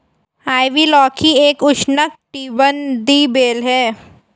ivy लौकी एक उष्णकटिबंधीय बेल है